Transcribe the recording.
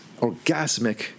orgasmic